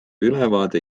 ülevaade